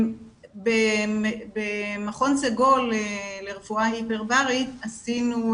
במכון סגול לרפואה היפרברית עשינו,